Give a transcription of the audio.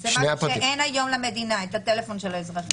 זה משהו שאין היום למדינה, את הטלפון של האזרחים.